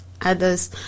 others